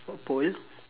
oh pole